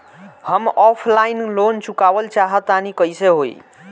हम offline loan चुकावल चाहऽ तनि कइसे होई?